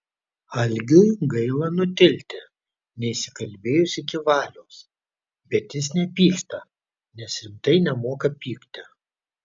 algiui gaila nutilti neišsikalbėjus iki valios bet jis nepyksta nes rimtai nemoka pykti